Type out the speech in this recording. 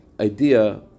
idea